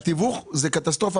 מה שהולך בתיווך זה קטסטרופה.